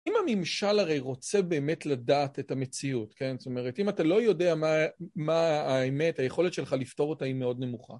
אם הממשל הרי רוצה באמת לדעת את המציאות, כן? זאת אומרת, אם אתה לא יודע מה האמת, היכולת שלך לפתור אותה היא מאוד נמוכה.